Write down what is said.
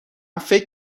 فکر